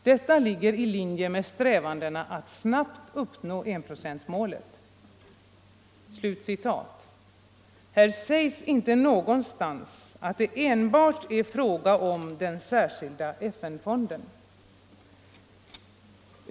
Detta ligger i linje med strävandena att snabbt uppnå enprocentsmålet.” Här sägs inte någonstans att det enbart är fråga om den särskilda FN-fonden.